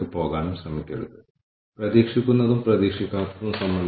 ജീവനക്കാരുടെ ഉടമസ്ഥാവകാശ പദ്ധതികൾ ഓഹരി ഉടമസ്ഥാവകാശ പദ്ധതികൾ തുടങ്ങിയവ